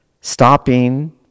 stopping